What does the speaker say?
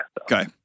Okay